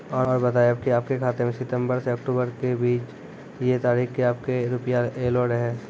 और बतायब के आपके खाते मे सितंबर से अक्टूबर के बीज ये तारीख के आपके के रुपिया येलो रहे?